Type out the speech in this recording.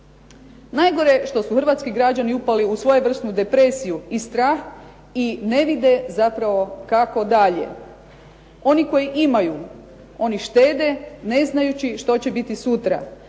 Najgore je što su hrvatski građani upali u svojevrsnu depresiju i strah i ne vide zapravo kako dalje. Oni koji imaju, oni štede ne znajući što će biti sutra.